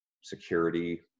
security